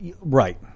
Right